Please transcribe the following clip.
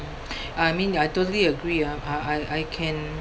I mean ya I totally agree ah I I I can